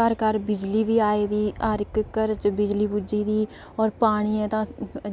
घर घर बिजली बी आई दी हर इक घरै च बिजली पुज्जी दी होर पानियै दा